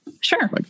sure